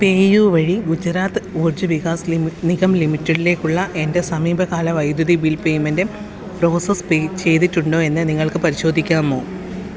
PayU വഴി ഗുജറാത്ത് ഊർജ വികാസ് നിഗം ലിമിറ്റഡിലേക്കുള്ള എൻ്റെ സമീപകാല വൈദ്യുതി ബിൽ പേയ്മെൻ്റ് പ്രോസസ്സ് പേ ചെയ്തിട്ടുണ്ടോ എന്ന് നിങ്ങൾക്ക് പരിശോധിക്കാമോ